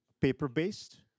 paper-based